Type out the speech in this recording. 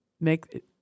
make